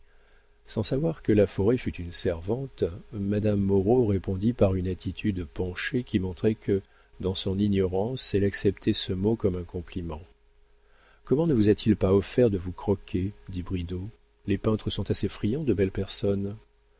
sans savoir que laforêt fût une servante madame moreau répondit par une attitude penchée qui montrait que dans son ignorance elle acceptait ce mot comme un compliment comment ne vous a-t-il pas offert de vous croquer dit bridau les peintres sont assez friands de belles personnes